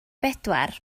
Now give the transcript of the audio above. bedwar